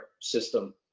system